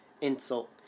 insult